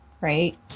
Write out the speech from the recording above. right